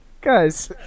Guys